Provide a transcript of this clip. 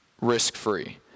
risk-free